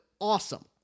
awesome